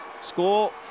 Score